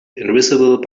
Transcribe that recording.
invisible